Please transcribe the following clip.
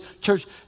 Church